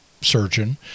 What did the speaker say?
surgeon